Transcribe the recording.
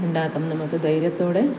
ഉണ്ടാക്കുന്നത് നമുക്ക് ധൈര്യത്തോടെ